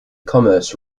commerce